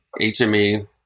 HME